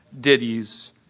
ditties